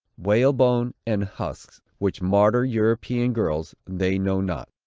whalebone and husks, which martyr european girls, they know not.